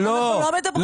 לא.